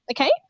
okay